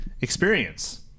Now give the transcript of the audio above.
experience